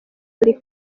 buri